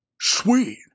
Sweet